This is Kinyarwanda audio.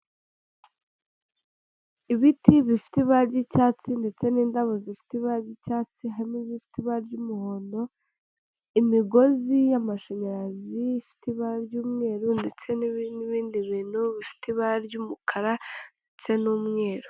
Ibiti bifite ibara ry'icyatsi ndetse n'indabo zifite ibara ry'icyatsi hamwe nibifite ibara ry'umuhondo imigozi y'amashanyarazi ifite ibara ry'umweru ndetse n'ibindi bintu bifite ibara ry'umukara ndetse n'umweru